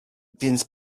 więc